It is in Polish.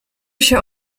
się